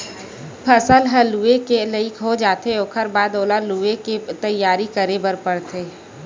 फसल ह लूए के लइक हो जाथे ओखर बाद ओला लुवे के तइयारी करे बर परथे